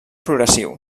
progressiu